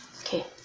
Okay